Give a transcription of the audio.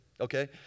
okay